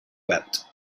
wept